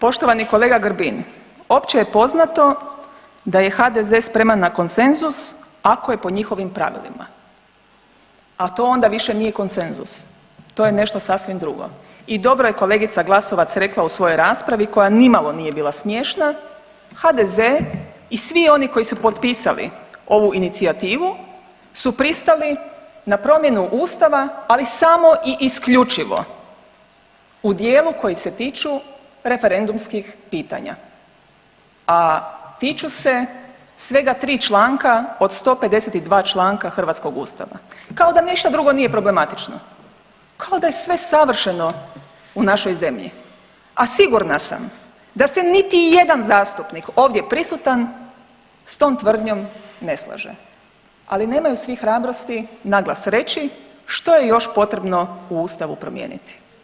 Poštovani kolega Grbin, opće je poznato da je HDZ spreman na konsenzus ako je po njihovim pravilima, a to onda više nije konsenzus, to je nešto sasvim drugo i dobro je kolegica Glasovac rekla u svojoj raspravi koja nimalo nije bila smiješna, HDZ i svi oni koji su potpisali ovu inicijativu su pristali na promjenu ustava, ali samo i isključivo u dijelu koji se tiču referendumskih pitanja, a tiču se svega 3 članka od 152 članka hrvatskog ustava, kao da ništa drugo nije problematično, kao da je sve savršeno u našoj zemlji, a sigurna sam da se niti jedan zastupnik ovdje prisutan s tom tvrdnjom ne slaže, ali nemaju svi hrabrosti naglas reći što je još potrebno u ustavu promijeniti.